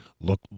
Look